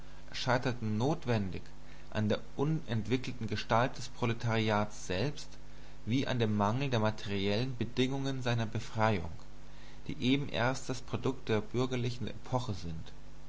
scheiterten notwendig an der unentwickelten gestalt des proletariats selbst wie an dem mangel der materiellen bedingungen seiner befreiung die eben erst das produkt der bürgerliche epoche sind